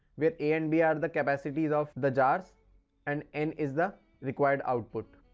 where a and b are the capacities of the jars and n is the required output.